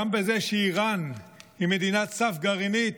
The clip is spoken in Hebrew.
גם בזה שאיראן היא מדינת סף גרעינית,